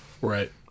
Right